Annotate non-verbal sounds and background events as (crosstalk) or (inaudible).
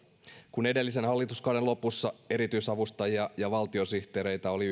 kun edellisen hallituskauden lopussa erityisavustajia ja valtiosihteereitä oli (unintelligible)